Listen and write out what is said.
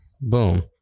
Boom